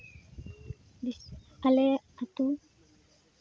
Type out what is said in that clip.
ᱟᱞᱮ ᱟᱹᱛᱩ